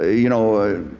ah you know,